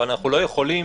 אבל אנחנו לא יכולים